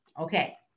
Okay